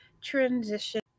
transition